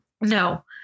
no